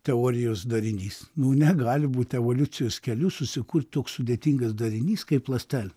teorijos darinys nu negali būt evoliucijos keliu susikurt toks sudėtingas darinys kaip ląstelė